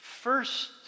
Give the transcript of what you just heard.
first